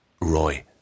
Roy